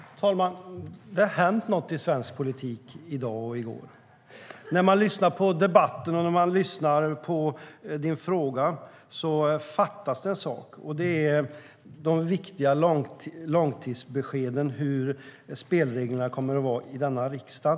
STYLEREF Kantrubrik \* MERGEFORMAT Utgiftsramar och beräkning av stats-inkomsternaHerr talman! Det har hänt något i svensk politik i dag och i går. När man lyssnar på debatten och på din fråga, Emil Källström, hör man att det fattas en sak, nämligen de viktiga långtidsbeskeden om hur spelreglerna kommer att vara i denna riksdag.